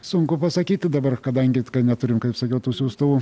sunku pasakyti dabar kadangi kai neturim kaip sakiau tų siųstuvų